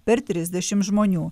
per trisdešimt žmonių